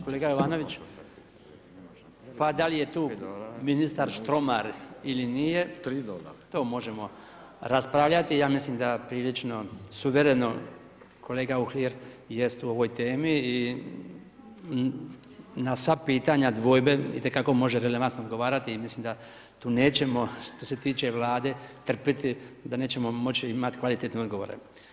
Kolega Jovanović, pa da li je tu ministar Štroman ili nije, to možemo raspravljati, ja mislim da prilično, suvremeno, kolega Uhlir jest u ovoj temi i na sva pitanja, dvojbe itekako može relevantno odgovarati i mislim da tu nećemo što se tiče vlade trpiti, da nećemo moći imati kvalitetne odgovore.